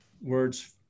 words